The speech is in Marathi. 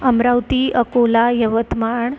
अमरावती अकोला यवतमाळ